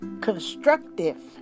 constructive